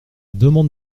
demande